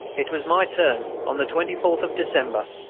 it was my turn, on the twenty fourth of december,